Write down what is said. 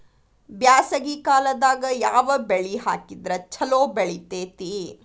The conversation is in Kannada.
ಬ್ಯಾಸಗಿ ಕಾಲದಾಗ ಯಾವ ಬೆಳಿ ಹಾಕಿದ್ರ ಛಲೋ ಬೆಳಿತೇತಿ?